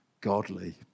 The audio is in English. godly